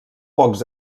pocs